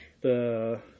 The-